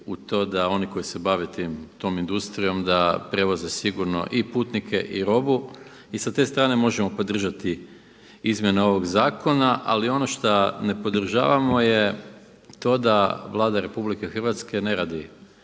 u to da oni koji se bave tom industrijom da prevoze sigurno i putnike i robu i sa te strane možemo podržati izmjene ovog zakona. Ali ono što ne podržavamo je to da Vlada RH ne radi